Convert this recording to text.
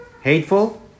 hateful